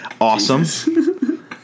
Awesome